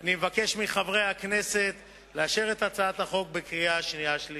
אני מבקש מחברי הכנסת לאשר את הצעת החוק בקריאה השנייה ובקריאה השלישית.